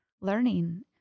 learning